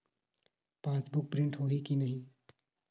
Passbook print होही कि नहीं?